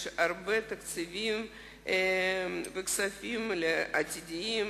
יש הרבה תקציבים וכספים עתידיים,